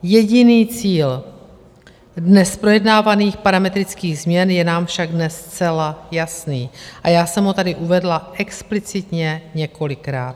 Jediný cíl dnes projednávaných parametrických změn je nám však zcela jasný a já jsem ho tady uvedla explicitně několikrát.